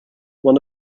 one